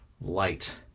light